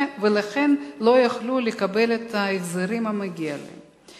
ולכן הם לא יוכלו לקבל את ההחזרים המגיעים להם.